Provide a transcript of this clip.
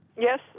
Yes